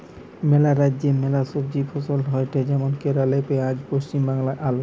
ম্যালা রাজ্যে ম্যালা সবজি ফসল হয়টে যেমন কেরালে পেঁয়াজ, পশ্চিম বাংলায় আলু